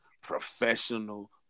professional